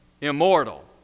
immortal